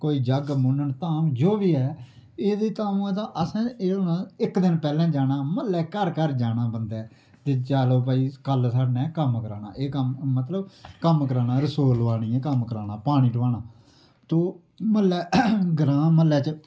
कोई जग मुन्नन धाम जो बी ऐ एह् देही धाम होऐ तां असैं एह् होना इक्क दिन पैह्लैं जाना म्हल्लै घर घर जाना बंदै जे चलो भाई कल साढ़ै नै कम्म कराना एह् कम्म मतलव कम्म कराना रसोऽ लोआनी ऐ कम्म कराना ऐ पानी टुहाना तो म्हल्लै ग्रां म्हल्लै च